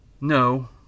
No